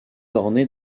ornée